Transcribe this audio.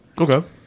Okay